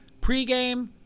pregame